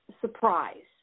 surprise